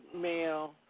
male